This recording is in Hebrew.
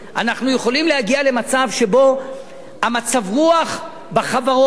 אנחנו יכולים להגיע למצב שבו מצב הרוח בחברות,